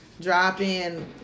drop-in